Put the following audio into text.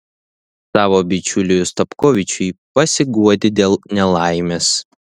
savo bičiuliui ostapkovičiui pasiguodė dėl nelaimės